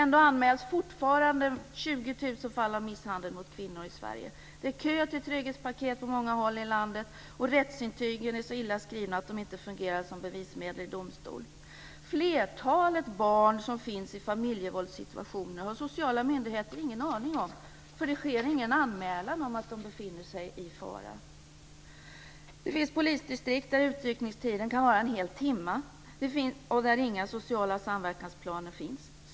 Ändå anmäls fortfarande 20 000 fall av misshandel mot kvinnor i Sverige. Rättsintygen är så illa skrivna att de inte fungerar som bevismedel i domstol. Flertalet barn i familjevåldssituationer har sociala myndigheter ingen aning om därför att det inte sker någon anmälan om att dessa barn är i fara. Det finns polisdistrikt där utryckningstiden kan vara en hel timme och inga sociala samverkansplaner finns.